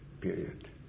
period